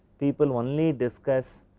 people only discuss